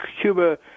Cuba